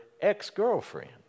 ex-girlfriend